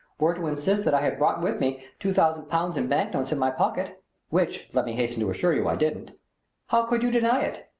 were to insist that i had brought with me two thousand pounds in banknotes in my pocket which, let me hasten to assure you, i didn't how could you deny it?